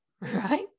right